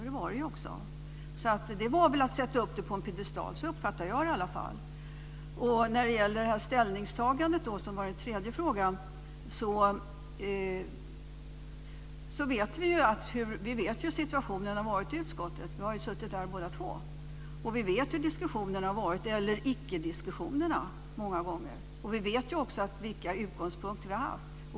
Det var det också, så det var väl att sätta upp det på en piedestal. Så uppfattar jag det i alla fall. När det gäller ställningstagandet, som var den tredje frågan, vet vi hur situationen har varit i utskottet. Vi har ju suttit där båda två. Vi vet hur diskussionerna, eller icke-diskussionerna många gånger, har varit. Vi vet också vilka utgångspunkter vi har haft.